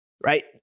right